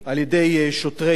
שוב,